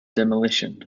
demolition